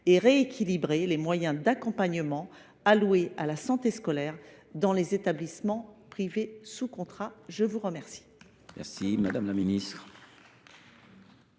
et rééquilibrer les moyens d’accompagnement alloués à la santé scolaire dans les établissements privés sous contrat ? La parole est à Mme la ministre.